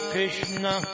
Krishna